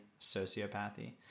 Sociopathy